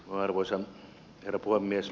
arvoisa herra puhemies